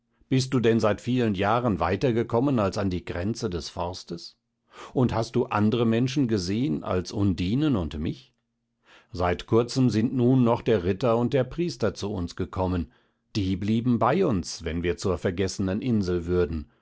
bist du denn seit vielen jahren weiter gekommen als an die grenze des forstes und hast du andre menschen gesehn als undinen und mich seit kurzem sind nun noch der ritter und der priester zu uns gekommen die blieben bei uns wenn wir zur vergessenen insel würden